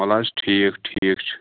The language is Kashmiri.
ول حظ ٹھیٖک ٹھیٖک چھُ